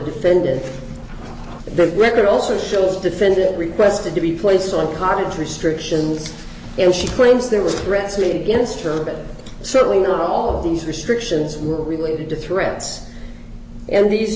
defendant the record also shows defendant requested to be placed on a current restrictions and she claims there were threats made against her but certainly not all of these restrictions were related to threats and these